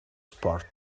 spartan